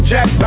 Jack